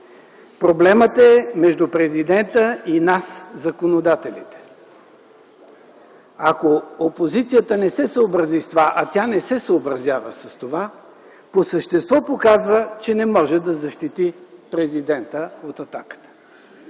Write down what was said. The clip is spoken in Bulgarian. Проблемът е между Президента и нас – законодателите. Ако опозицията не се съобрази с това, а тя не се съобразява с това, по същество показва, че не може да защити Президента от атаката.